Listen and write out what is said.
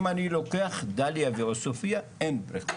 אם אני לוקח דליה ועוספיה- אין בריכה.